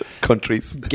Countries